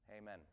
Amen